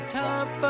top